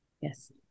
Yes